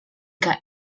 que